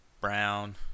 Brown